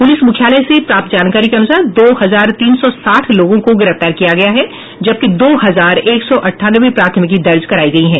प्रलिस मुख्यालय से प्राप्त जानकारी के अनुसार दो हजार तीन सौ साठ लोगों को गिरफ्तार किया गया है जबकि दो हजार एक सौ अंठानवे प्राथमिकी दर्ज करायी गयी हैं